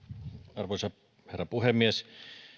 arvoisa herra puhemies